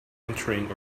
entering